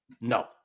no